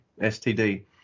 STD